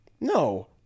No